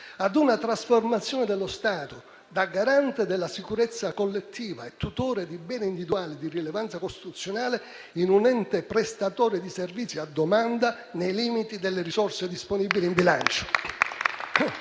a una trasformazione dello Stato da garante della sicurezza collettiva e tutore di beni individuali di rilevanza costituzionale in un ente prestatore di servizi a domanda, nei limiti delle risorse disponibili in bilancio.